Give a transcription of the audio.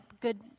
good